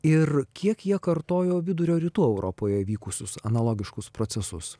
ir kiek jie kartojo vidurio rytų europoje vykusius analogiškus procesus